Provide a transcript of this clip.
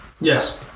Yes